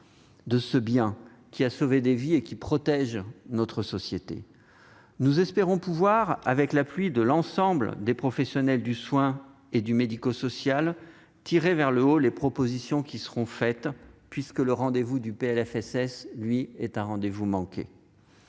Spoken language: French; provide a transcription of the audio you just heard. de ce bien qui a sauvé des vies et qui protège notre société. Nous espérons, avec l'appui de l'ensemble des professionnels du soin et du médico-social, réussir à tirer vers le haut les propositions qui seront faites à cette occasion, ce PLFSS ayant été un rendez-vous manqué.